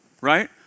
right